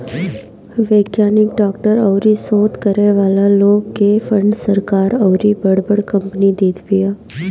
वैज्ञानिक, डॉक्टर अउरी शोध करे वाला लोग के फंड सरकार अउरी बड़ बड़ कंपनी देत बिया